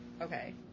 Okay